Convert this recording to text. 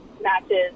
matches